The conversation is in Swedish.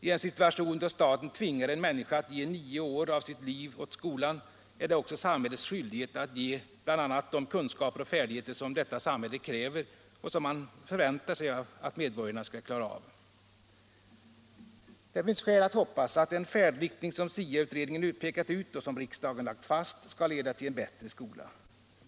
I en situation då staten tvingar en människa att ge nio år av sitt liv åt skolan är det också samhällets skyldighet att ge bl.a. de kunskaper och färdigheter som detta samhälle kräver och som man förväntar sig att medborgarna skall ha. Det finns skäl att hoppas att den färdriktning som SIA-utredningen pekat ut och som riksdagen lagt fast skall leda till en bättre skola.